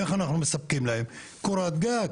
איך אנחנו מספקים להם קורת גג,